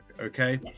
okay